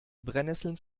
brennesseln